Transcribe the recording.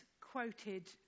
quoted